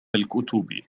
الكتب